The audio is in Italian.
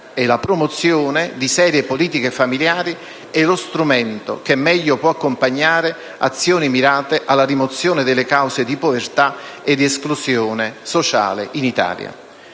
la promozione di serie politiche familiari è lo strumento che meglio può accompagnare azioni mirate alla rimozione delle cause di povertà e di esclusione sociale in Italia.